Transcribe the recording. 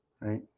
right